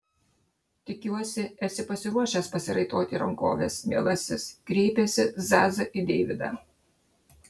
tikiuosi esi pasiruošęs pasiraitoti rankoves mielasis kreipėsi zaza į deividą